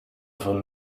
von